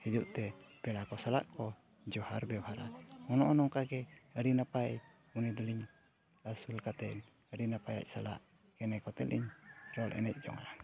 ᱦᱤᱡᱩᱜ ᱛᱮ ᱯᱮᱲᱟ ᱠᱚ ᱥᱟᱞᱟᱜ ᱠᱚ ᱡᱚᱦᱟᱨ ᱵᱮᱣᱦᱟᱨᱟ ᱱᱚᱜᱼᱚ ᱱᱚᱝᱠᱟ ᱜᱮ ᱟᱹᱰᱤ ᱱᱟᱯᱟᱭ ᱩᱱᱤ ᱫᱚᱞᱤᱧ ᱟᱹᱥᱩᱞ ᱠᱟᱛᱮᱫ ᱟᱹᱰᱤ ᱱᱟᱯᱟᱭ ᱥᱟᱞᱟᱜ ᱠᱮᱱᱮᱼᱠᱚᱛᱮ ᱞᱤᱧ ᱨᱚᱲ ᱮᱱᱮᱡ ᱡᱚᱝᱟ